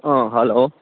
hello